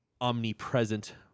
omnipresent